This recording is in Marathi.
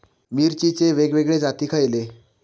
मिरचीचे वेगवेगळे जाती खयले?